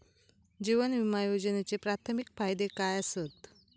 जीवन विमा योजनेचे प्राथमिक फायदे काय आसत?